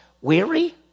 weary